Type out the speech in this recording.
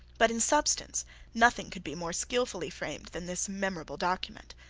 but in substance nothing could be more skilfully framed than this memorable document.